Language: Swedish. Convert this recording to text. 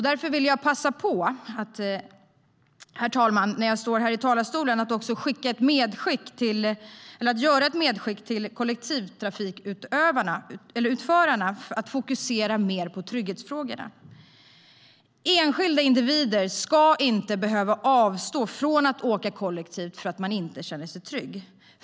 Därför vill jag passa på att göra ett medskick till kollektivtrafikutförarna att fokusera mer på trygghetsfrågorna. Enskilda individer ska inte behöva avstå från att åka kollektivt för att de inte känner sig trygga.